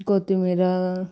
కొత్తిమీర